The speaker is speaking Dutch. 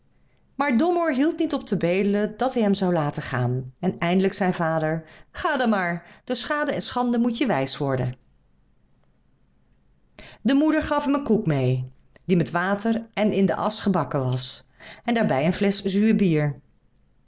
maar domoor hield niet op te bedelen dat hij hem zou laten gaan en eindelijk zei de vader ga dan maar door schade en schande moet je wijs worden de moeder gaf hem een koek meê die met water en in de asch gebakken was en daarbij een flesch zuur bier